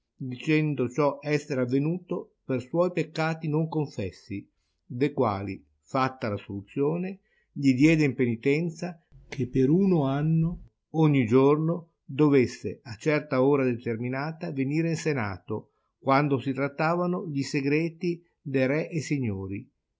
dicendo ciò esser avenuto per suoi peccati non confessi de quali fatta l'assoluzione gli diede in penitenza che per uno anno ogni giorno dovesse a certa ora determinata venire in senato quando si trattavano gli segreti de re e signori